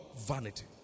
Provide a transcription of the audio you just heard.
Vanity